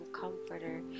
comforter